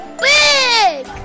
big